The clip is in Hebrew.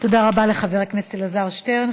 תודה רבה לחבר הכנסת אלעזר שטרן.